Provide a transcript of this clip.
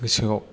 गोसोआव